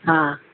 हा